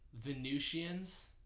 Venusians